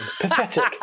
Pathetic